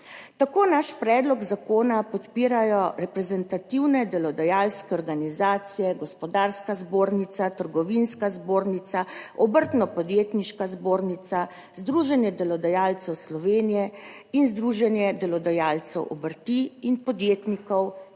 Tako naš predlog zakona podpirajo reprezentativne delodajalske organizacije, Gospodarska zbornica, Trgovinska zbornica, Obrtno-podjetniška zbornica, Združenje delodajalcev Slovenije in Združenje delodajalcev obrti in podjetnikov